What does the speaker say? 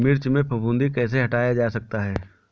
मिर्च में फफूंदी कैसे हटाया जा सकता है?